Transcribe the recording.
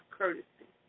courtesy